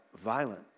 violent